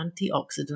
antioxidant